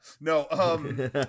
no